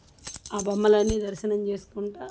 ఆ బొమ్మలన్నీ దర్శనం చేసుకుంటూ